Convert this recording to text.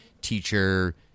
teacher